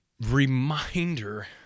reminder